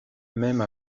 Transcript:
même